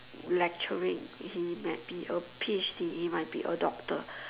lecturing he might be a P H D he might be a doctor